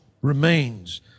remains